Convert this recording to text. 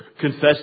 confess